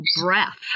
breath